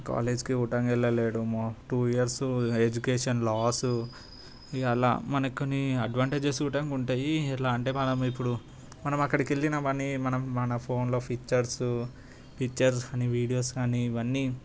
కాలేజ్కి గుట్టంగా వెళ్లలేడు టు ఇయర్స్ ఎడ్యుకేషన్ లాస్ ఈ అలా మనకుకొన్ని అడ్వాంటేజెస్ ఉంటాయి ఎట్లా అంటే మనం ఇప్పుడు మనం అక్కడికి వెళ్లిన పని మనం మన ఫోన్లో ఫీచర్స్ పిక్చర్స్ అని వీడియోస్ కానీ ఇవన్నీ